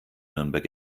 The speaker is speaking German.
nürnberg